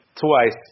twice